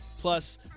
Plus